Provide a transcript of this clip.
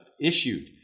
issued